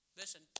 listen